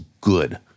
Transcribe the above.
good